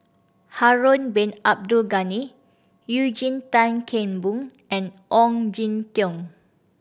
Harun Bin Abdul Ghani Eugene Tan Kheng Boon and Ong Jin Teong